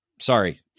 sorry